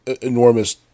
enormous